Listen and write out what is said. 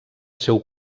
seu